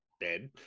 dead